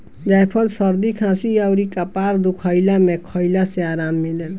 जायफल सरदी खासी अउरी कपार दुखइला में खइला से आराम मिलेला